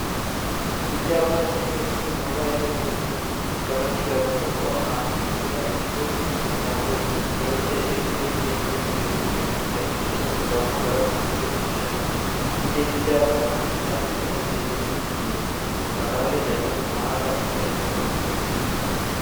Icyapa kinini kiri mu mabara y'umweru n'ubururu kikaba kigaragaza ko ahantu hakorera ikigo cya polisi, kikaba gihereye i Nyarugenge Rwezamenyo hari ndetse na nimero wahamagaraho mu gihe ubashakiye, hirya y'icyo cyapa hari ubusitani ndetse hateye n'ibiti birebire hakaba hegeranye n'umuhanda uparitsemo ibinyabiziga.